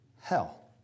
hell